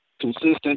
consistent